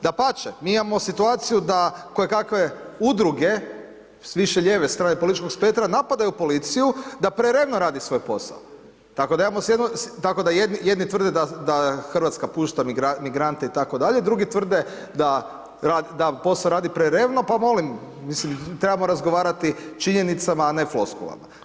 Dapače, mi imamo situaciju da kojekakve udruge s više lijeve strane političkog spektra napadaju policiju da prerevno radi svoj posao, tako da jedni tvrde da RH pušta migrante itd., drugi tvrde da posao radi prerevno, pa molim, mislim trebamo razgovarati o činjenicama, a ne floskulama.